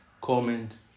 Comment